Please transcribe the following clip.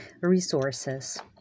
resources